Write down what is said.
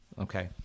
Okay